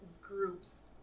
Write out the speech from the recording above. groups